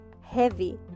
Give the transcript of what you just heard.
heavy